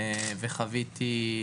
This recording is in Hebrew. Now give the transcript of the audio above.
וחוויתי,